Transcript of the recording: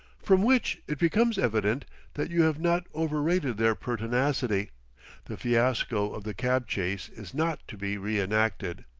from which it becomes evident that you have not overrated their pertinacity the fiasco of the cab-chase is not to be reenacted.